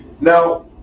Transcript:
Now